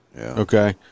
Okay